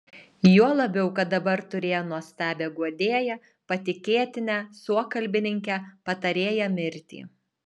juo labiau kad dabar turėjo nuostabią guodėją patikėtinę suokalbininkę patarėją mirtį